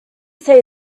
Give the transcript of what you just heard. say